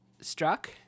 struck